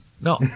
No